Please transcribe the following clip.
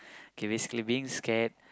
okay basically being scared